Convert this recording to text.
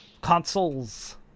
Consoles